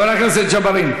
כן.